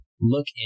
Look